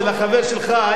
של החבר שלך,